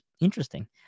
interesting